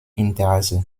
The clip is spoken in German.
interesse